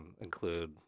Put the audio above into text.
include